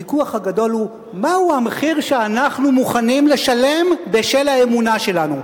הוויכוח הגדול הוא מה המחיר שאנחנו מוכנים לשלם בשל האמונה שלנו.